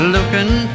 Looking